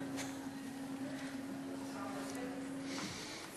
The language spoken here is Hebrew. זוהיר, עוד מעט הכרכרה מגיעה.